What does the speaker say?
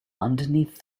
underneath